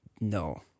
No